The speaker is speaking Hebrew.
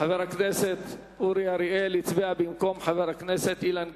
חבר הכנסת אורי אריאל הצביע במקום חבר הכנסת אילן גילאון.